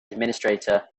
administrator